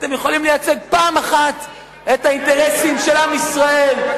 אתם יכולים לייצג פעם אחת את האינטרסים של עם ישראל,